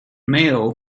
mail